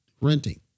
renting